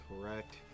correct